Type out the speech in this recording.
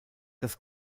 dass